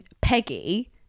Peggy